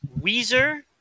Weezer